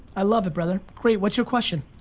i love it brother, great, what's your question?